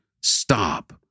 stop